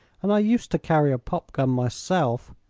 and i used to carry a popgun myself.